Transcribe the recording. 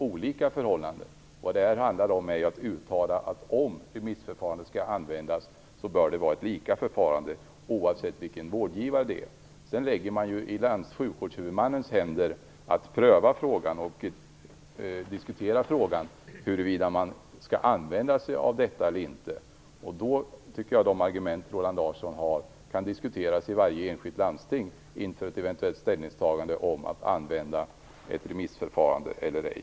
Om remissförfarande skall användas bör det vara ett lika förfarande oavsett vilken vårdgivare det rör sig om. Sedan ligger det i sjukvårdshuvudmannens händer att pröva frågan och diskutera huruvida man skall använda sig av detta eller inte. Då kan Roland Larssons argument diskuteras i varje enskilt landsting inför ett eventuellt ställningstagande om att tillämpa ett remissförfarande eller ej.